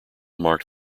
marked